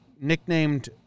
nicknamed